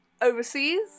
overseas